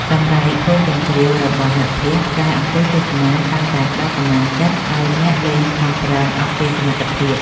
សម្រែកហ៊ោរកញ្ជ្រៀវរបស់មិត្តភក្តិដែលអង្គុយទស្សនា កាន់តែផ្ដល់កម្លាំងចិត្តឱ្យអ្នកលេងខំប្រឹងអស់ពីសមត្ថភាព។